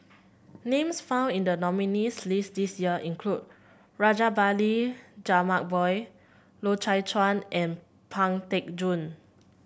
names found in the nominees' list this year include Rajabali Jumabhoy Loy Chye Chuan and Pang Teck Joon